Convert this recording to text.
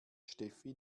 steffi